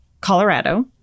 Colorado